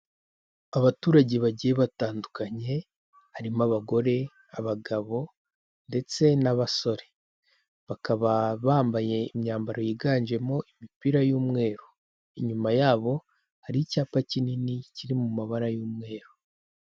Abaturage bagiye batandukanye, harimo abagore, abagabo ndetse n'abasore, bakaba bambaye imyambaro yiganjemo imipira y'umweru, inyuma yabo hari icyapa kinini kiri mu mabara y'umweru.